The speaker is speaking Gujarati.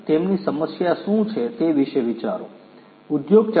તેમની સમસ્યા શું છે તે વિશે વિચારો ઉદ્યોગ 4